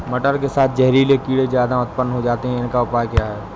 मटर के साथ जहरीले कीड़े ज्यादा उत्पन्न होते हैं इनका उपाय क्या है?